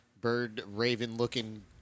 bird-raven-looking